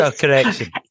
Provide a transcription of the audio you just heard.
correction